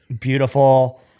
beautiful